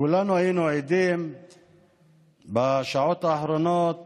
כולנו היינו עדים בשעות האחרונות